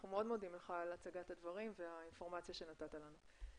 אנחנו מאוד מודים לך על הצגת הדברים והאינפורמציה שנתת לנו.